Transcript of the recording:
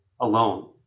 alone